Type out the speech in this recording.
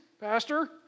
pastor